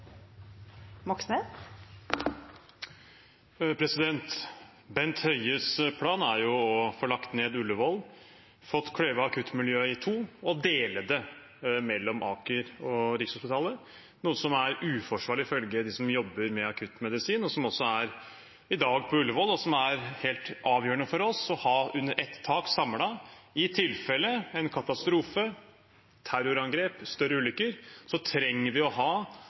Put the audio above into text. Bent Høies plan er jo å få lagt ned Ullevål, få kløyvd akuttmiljøet i to og dele det mellom Aker og Rikshospitalet, noe som er uforsvarlig ifølge de som jobber med akuttmedisin, som i dag er på Ullevål, og som det er helt avgjørende for oss å ha under ett tak, samlet. I tilfelle en katastrofe, terrorangrep, større ulykker trenger vi å ha